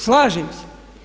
Slažem se.